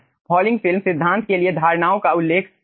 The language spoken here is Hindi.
फॉलिंग फिल्म सिद्धांत के लिए धारणाओं का उल्लेख करें